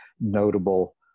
notable